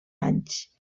anys